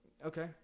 Okay